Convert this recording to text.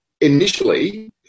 initially